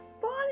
Paul